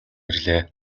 ирлээ